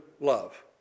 love